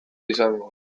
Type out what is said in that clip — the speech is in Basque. izango